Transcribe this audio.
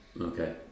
Okay